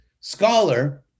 scholar